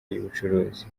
y’ubucuruzi